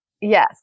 Yes